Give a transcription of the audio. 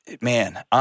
man